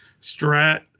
strat